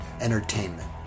Entertainment